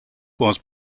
was